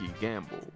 gamble